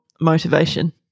motivation